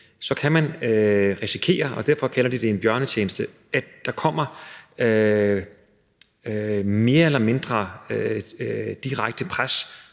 kan man risikere – og derfor kalder de det en bjørnetjeneste – at der kommer et mere eller mindre direkte pres